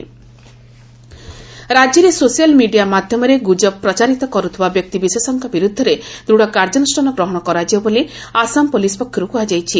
ରିଭ୍ ଆସାମ୍ ରାଜ୍ୟରେ social media ମାଧ୍ୟମରେ ଗୁଜବ ପ୍ରଚାରିତ କରୁଥିବା ବ୍ୟକ୍ତିବିଶେଷଙ୍କ ବିରୁଦ୍ଧରେ ଦୃଢ଼ କାର୍ଯ୍ୟାନୁଷ୍ଠାନ ଗ୍ରହଣ କରାଯିବ ବୋଲି ଆସାମ ପୁଲିସ୍ ପକ୍ଷରୁ କୁହାଯାଇଛି